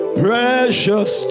precious